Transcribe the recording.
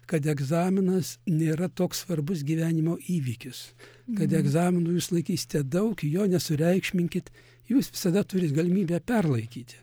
kad egzaminas nėra toks svarbus gyvenimo įvykis kad egzaminų jūs laikysite daug i jo nesureikšminkit jūs visada turit galimybę perlaikyti